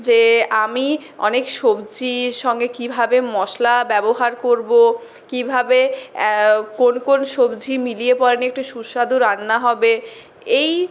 যে আমি অনেক সবজির সঙ্গে কীভাবে মশলা ব্যবহার করবো কীভাবে কোন কোন সবজি মিলিয়ে পরে একটু সুস্বাদু রান্না হবে এই